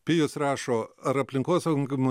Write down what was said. pijus rašo ar aplinkosaugininkam